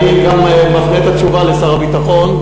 אני גם מפנה את התשובה לשר הביטחון,